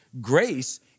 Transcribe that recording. Grace